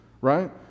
right